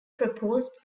proposed